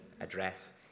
address